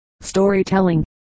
storytelling